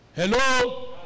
Hello